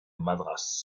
madras